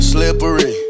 Slippery